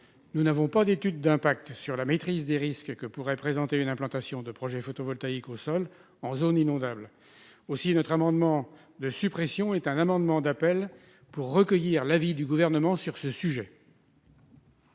nous n'avons pas d'étude d'impact sur la maîtrise des risques que pourraient présenter une implantation de projets photovoltaïques au Sol en zone inondable aussi notre amendement de suppression est un amendement d'appel pour recueillir l'avis du gouvernement sur ce sujet.